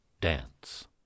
Dance